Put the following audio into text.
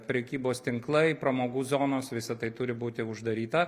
prekybos tinklai pramogų zonos visa tai turi būti uždaryta